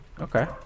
Okay